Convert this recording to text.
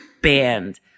band